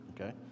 okay